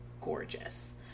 gorgeous